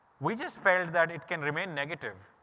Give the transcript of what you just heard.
we just felt that it can remain negative.